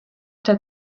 der